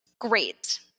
great